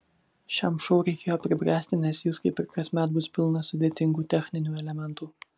šiam šou reikėjo pribręsti nes jis kaip ir kasmet bus pilnas sudėtingų techninių elementų